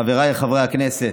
חבריי חברי הכנסת,